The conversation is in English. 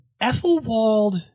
Ethelwald